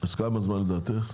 כמה זמן לדעתך?